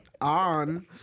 On